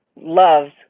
loves